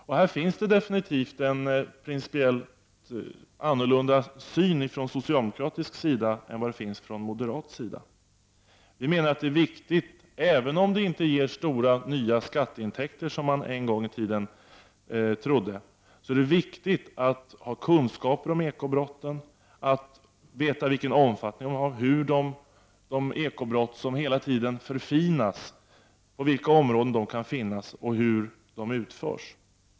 Socialdemokraterna har definitivt en principiellt annan syn än moderaterna på detta område. Även om det inte ger stora och nya skatteintäkter, som man en gång i tiden trodde, är det viktigt att ha kunskaper om ekobrott, deras omfattning, på vilka områden de ekobrott som hela tiden förfinas kan finnas och hur de utförs.